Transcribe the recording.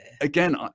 again